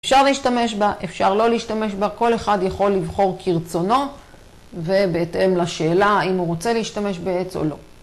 אפשר להשתמש בה, אפשר לא להשתמש בה. כל אחד יכול לבחור כרצונו ובהתאם לשאלה אם הוא רוצה להשתמש בעץ או לא.